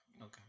okay